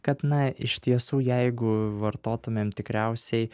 kad na iš tiesų jeigu vartotumėm tikriausiai